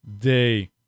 Day